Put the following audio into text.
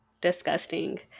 disgusting